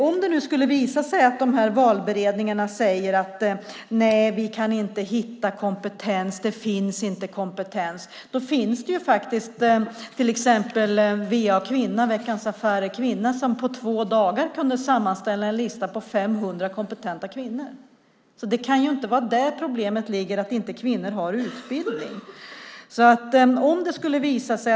Om det skulle visa sig att valberedningarna säger att de inte kan hitta kompetens och att den inte finns kan de vända sig till Veckans Affärer Kvinna som på två dagar kunde sammanställa en lista på 500 kompetenta kvinnor. Problemet kan alltså inte ligga i att kvinnor inte har utbildning.